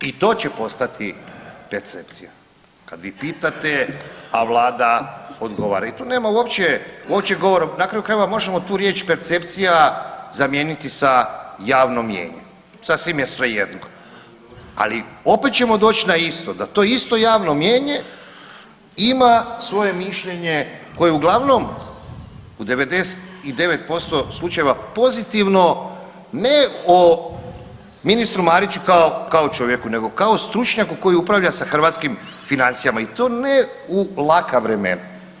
I to će postati percepcija kad vi pitate, a vlada odgovara i tu nema uopće, uopće govora, na kraju krajeva možemo tu riječ „percepcija“ zamijeniti sa „javno mijenje“, sasvim je svejedno, ali opet ćemo doć na isto, da to isto javno mijenje ima svoje mišljenje koje uglavnom u 99% slučajeva pozitivno ne o ministru Mariću kao, kao čovjeku, nego kao stručnjaku koji upravlja sa hrvatskim financijama i to ne u laka vremena.